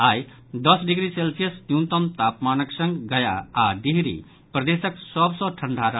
आई दस degree Celsius न्यूनतम तापमानक संग गया आओर डिहरी प्रदेशक सभ सॅ ठंढ़ा रहल